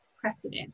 precedent